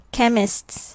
Chemists